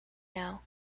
now